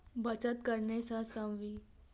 बचत करने सं जीवन मे अधिक सुरक्षाक आनंद भेटै छै